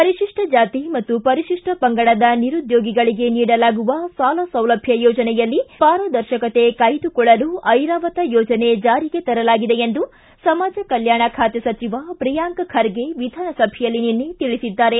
ಪರಿಶಿಷ್ಟ ಜಾತಿ ಮತ್ತು ಪರಿಶಿಷ್ಟ ಪಂಗಡದ ನಿರುದ್ಯೋಗಿಗಳಿಗೆ ನೀಡಲಾಗುವ ಸಾಲ ಸೌಲಭ್ಯ ಯೋಜನೆಯಲ್ಲಿ ಪಾರದರ್ಶಕತೆ ಕಾಯ್ಸುಕೊಳ್ಳಲು ಐರಾವತ ಯೋಜನೆ ಚಾರಿಗೆ ತರಲಾಗಿದೆ ಎಂದು ಸಮಾಜ ಕಲ್ಕಾಣ ಖಾತೆ ಸಚಿವ ಪ್ರಿಯಾಂಕ್ ಖರ್ಗೆ ವಿಧಾನಸಭೆಯಲ್ಲಿ ನಿನ್ನೆ ತಿಳಿಸಿದ್ದಾರೆ